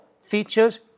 features